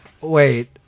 wait